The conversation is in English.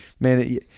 man